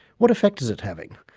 what effect is it having?